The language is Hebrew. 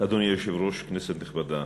אדוני היושב-ראש, כנסת נכבדה,